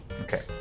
Okay